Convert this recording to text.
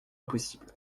impossible